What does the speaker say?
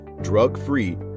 drug-free